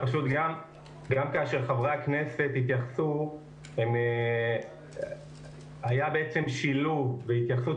גם כאשר חברי הכנסת התייחסו היה בעצם שילוב בהתייחסות,